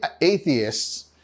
atheists